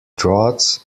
droughts